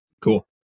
cool